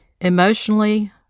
Emotionally